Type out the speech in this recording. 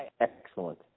Excellent